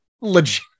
legit